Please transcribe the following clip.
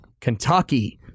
Kentucky